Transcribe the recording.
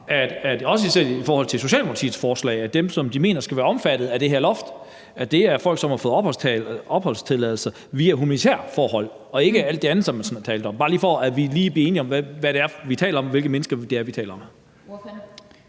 i forhold til Socialdemokratiets forslag, at dem, som de mener skal være omfattet af det her loft, er folk, som har fået opholdstilladelse af humanitære grunde og ikke alt det andet, som man har talt om? Det er bare lige for, at vi kan blive enige om, hvad det er, vi taler om,